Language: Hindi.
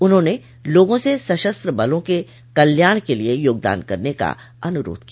उन्होंने लोगों से सशस्त्र बलों के कल्याण के लिए योगदान करने का अनुरोध किया